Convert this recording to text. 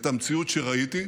את המציאות שראיתי,